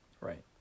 Right